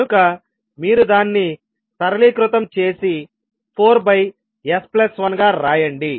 కనుక మీరు దాన్ని సరళీకృతం చేసి 4s1 గా రాయండి